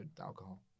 alcohol